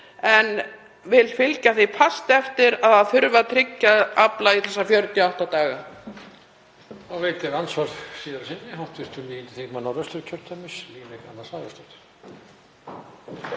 en vil fylgja því fast eftir að það þurfi að tryggja afla í þessa 48 daga.